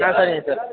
ஆ சரிங்க சார்